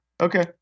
Okay